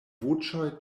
voĉoj